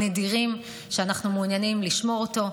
נדירים, ואנחנו מעוניינים לשמור אותם.